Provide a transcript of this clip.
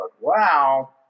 wow